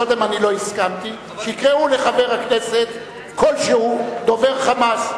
קודם אני לא הסכמתי שיקראו לחבר כנסת כלשהו דובר "חמאס",